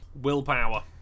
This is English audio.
Willpower